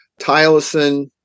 Tylosin